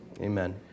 Amen